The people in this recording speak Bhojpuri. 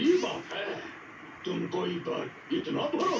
सिंचाई के अलग अलग प्रक्रिया बा जवन अलग अलग फसल खातिर प्रयोग कईल जाला